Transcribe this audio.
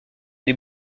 les